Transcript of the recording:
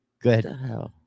Good